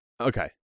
Okay